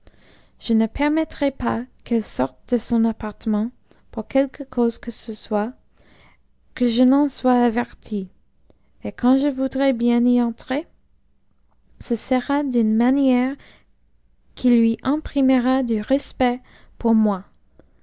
je ne pernicttraj pas qu'eue sorte de son appartement pour quelque cause que ce spit que je en sois averti et quand je voudrai bien y entrer ce sera d'une manière qui lui imprimera du respect pour moi